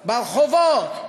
ברחובות,